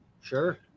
sure